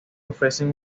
ofrecen